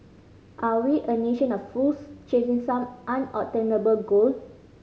are we a nation of fools chasing some unobtainable goal